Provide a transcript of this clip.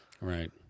Right